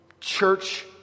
church